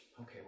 Okay